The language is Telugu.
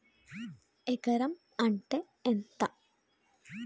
ఎకరం అంటే ఎంత?